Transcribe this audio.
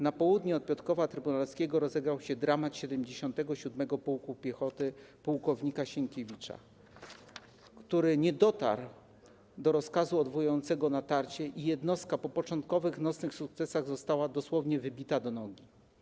Na południe od Piotrkowa Trybunalskiego rozegrał się dramat 77. Pułku Piechoty płk. Sienkiewicza, do którego nie dotarł rozkaz odwołujący natarcie, i jednostka po początkowych nocnych sukcesach została dosłownie wybita do nogi.